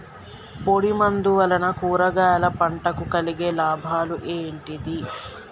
పొడిమందు వలన కూరగాయల పంటకు కలిగే లాభాలు ఏంటిది?